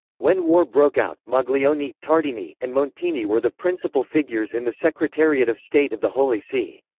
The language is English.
when war broke out, maglione, tardini, and montini were the principal figures in the secretariat of state of the holy see.